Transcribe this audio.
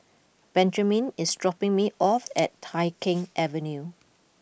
Benjiman is dropping me off at Tai Keng Avenue